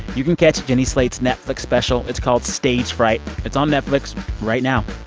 you can catch jenny slate's netflix special. it's called stage fright. it's on netflix right now